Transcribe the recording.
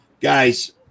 Guys